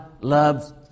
loves